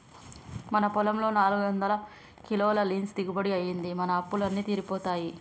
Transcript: మన పొలంలో నాలుగొందల కిలోల లీన్స్ దిగుబడి అయ్యింది, మన అప్పులు అన్నీ తీరిపోతాయి